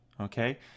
Okay